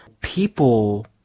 People